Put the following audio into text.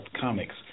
Comics